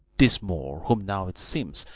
this moor whom now, it seems,